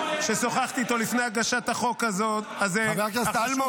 ששוחחתי איתו לפני הגשת החוק החשוב הזה --- חבר הכנסת אלמוג,